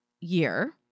year